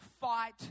fight